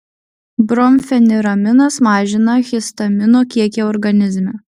bromfeniraminas mažina histamino kiekį organizme